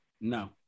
No